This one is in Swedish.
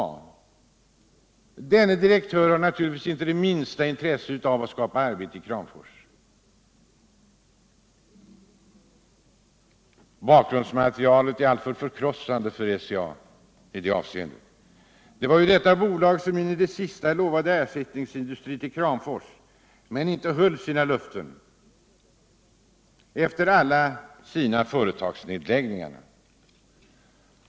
Denna direktör har naturligtvis inte det minsta intresse av att skapa arbete i Kramfors. Bakgrundsmaterialet är alltför förkrossande för SCA i det avseendet. Det var ju detta bolag som in i det sista lovade ersättningsindustrier till Kramfors men inte höll sina löften efter alla sina företagsnedläggningar.